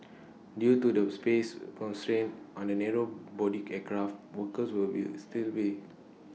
due to the space constraints on the narrow body aircraft workers will still be